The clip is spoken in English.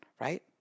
right